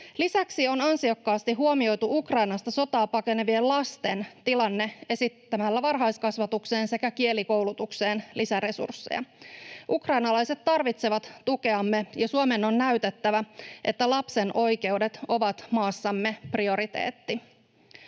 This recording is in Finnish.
Lisäksi on ansiokkaasti huomioitu Ukrainasta sotaa pakenevien lasten tilanne esittämällä varhaiskasvatukseen sekä kielikoulutukseen lisäresursseja. Ukrainalaiset tarvitsevat tukeamme, ja Suomen on näytettävä, että lapsen oikeudet ovat maassamme prioriteetti.